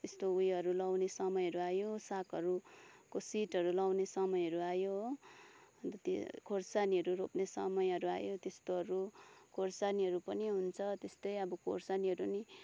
यस्तो उयोहरू लगाउने समयहरू आयो सागहरूको सिडहरू लगाउने समयहरू आयो हो अन्त त्यो खोर्सानीहरू रोप्ने समयहरू आयो त्यस्तोहरू खोर्सानीहरू पनि हुन्छ त्यस्तै अब खोर्सानीहरू पनि